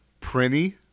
Prinny